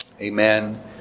Amen